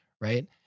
Right